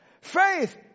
Faith